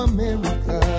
America